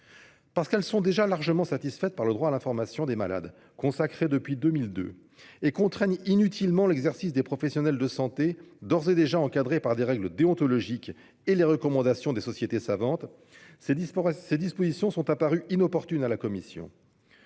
Parce qu'elles sont déjà largement satisfaites par le droit à l'information des malades, consacré depuis 2002, et contraignent inutilement l'exercice des professionnels de santé, d'ores et déjà encadré par des règles déontologiques et les recommandations des sociétés savantes, ces dispositions sont apparues inopportunes à la commission.